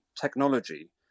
technology